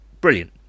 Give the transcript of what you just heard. brilliant